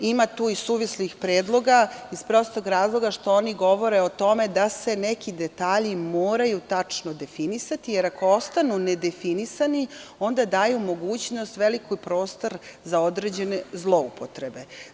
Ima tu i suvislih predloga, iz prostog razloga što oni govore o tome da se neki detalji moraju tačno definisati, jer ako ostanu nedefinisani, onda daju mogućnost, veliki prostor za određene zloupotrebe.